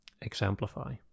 exemplify